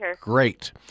great